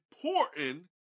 important